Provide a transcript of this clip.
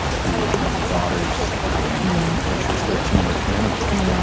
who was my daughter's um yeah when she was thirteen her piano teacher, yeah